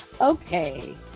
Okay